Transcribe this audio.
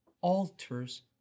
alters